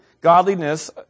godliness